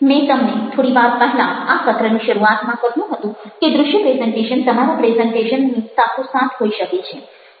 મેં તમને થોડી વાર પહેલાં આ સત્રની શરૂઆતમાં કહ્યું હતું કે દ્રશ્ય પ્રેઝન્ટેશન તમારા પ્રેઝન્ટેશનની સાથોસાથ હોઈ શકે છે